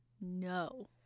No